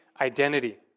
identity